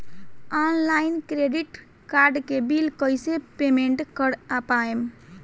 Online credit card के bill कइसे payment कर पाएम?